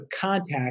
contact